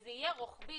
וזה יהיה רוחבי,